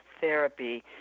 therapy